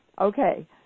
Okay